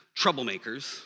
troublemakers